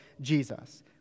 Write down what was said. Jesus